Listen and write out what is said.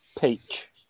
Peach